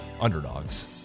underdogs